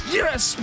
yes